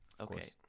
Okay